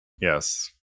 yes